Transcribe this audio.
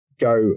go